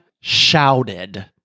shouted